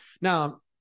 Now